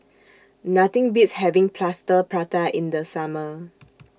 Nothing Beats having Plaster Prata in The Summer